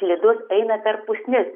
slidus eina per pusnis